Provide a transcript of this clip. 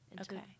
Okay